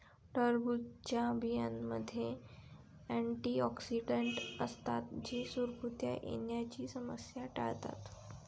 टरबूजच्या बियांमध्ये अँटिऑक्सिडेंट असतात जे सुरकुत्या येण्याची समस्या टाळतात